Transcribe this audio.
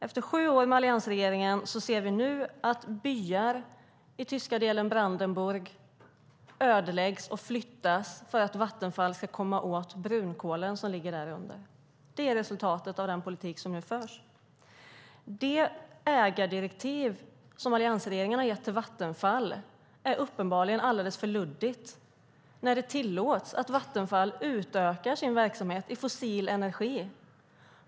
Efter sju år med alliansregeringen ser vi nu att byar i Brandenburg i Tyskland ödeläggs och flyttas för att Vattenfall ska komma åt brunkolen som finns där. Det är resultatet av den politik som nu förs. Det ägardirektiv som alliansregeringen har gett till Vattenfall är uppenbarligen alldeles för luddigt när Vattenfall tillåts utöka sin verksamhet i fråga om fossil energi.